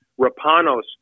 Rapanos